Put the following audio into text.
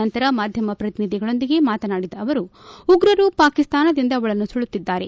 ನಂತರ ಮಾಧ್ಯಮ ಪ್ರತಿನಿಧಿಗಳೊಂದಿಗೆ ಮಾತನಾಡಿದ ಅವರು ಉಗ್ರರು ಪಾಕಿಸ್ತಾನದಿಂದ ಒಳನುಸುಳುತ್ತಿದ್ದಾರೆ